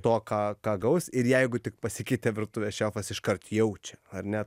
to ką ką gaus ir jeigu tik pasikeitė virtuvės šefas iškart jaučia ar ne